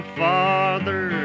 father